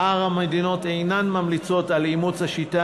שאר המדינות אינן ממליצות על אימוץ השיטה